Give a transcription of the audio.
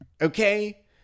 okay